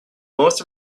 most